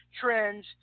trends